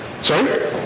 Sorry